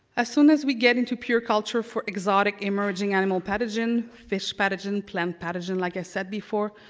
as soon as we get into pure culture for exotic emerging animal pathogen, fish pathogen, plant pathogen, like i said before,